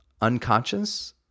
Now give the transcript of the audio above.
unconscious